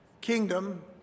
kingdom